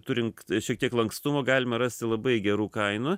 turint šiek tiek lankstumo galima rasti labai gerų kainų